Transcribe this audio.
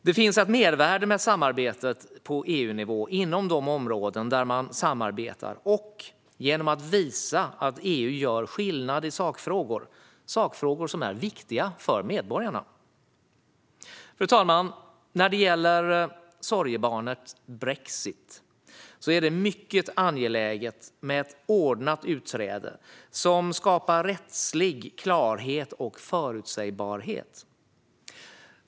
Det finns ett mervärde i att samarbeta på EU-nivå inom de områden där det sker och visa att EU gör skillnad i sakfrågor som är viktiga för medborgarna. Fru talman! När det gäller sorgebarnet brexit är det mycket angeläget med ett ordnat utträde som skapar rättslig klarhet och förutsägbarhet.